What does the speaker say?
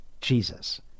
Jesus